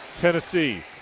Tennessee